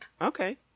Okay